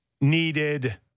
needed